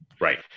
right